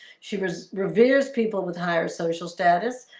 she was revere's people with higher social status,